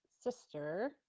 sister